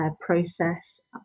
process